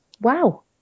wow